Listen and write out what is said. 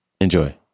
Enjoy